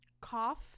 Cough